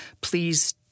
please